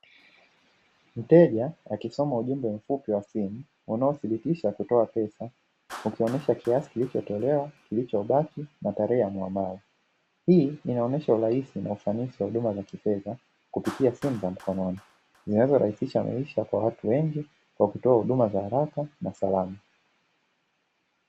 Mteja akisoma ujumbe mfupi wa simu unaothibitisha kutoa pesa ukionyesha kiasi kilichotolewa, kilichobaki na tarehe ya muamala. Hii inaonyesha urahisi na ufanisi wa huduma za kifedha kupitia simu za mkononi, zinazorahisisha maisha kwa watu wengi kwa kutoa huduma za haraka na salama.